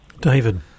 David